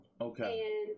okay